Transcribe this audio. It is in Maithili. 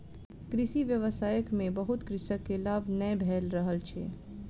कृषि व्यवसाय में बहुत कृषक के लाभ नै भ रहल छैन